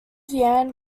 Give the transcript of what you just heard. yan